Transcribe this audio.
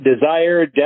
desire